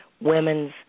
women's